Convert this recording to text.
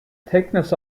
thickness